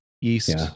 Yeast